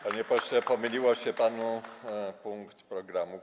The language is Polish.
Panie pośle, pomylił się panu punkt programu.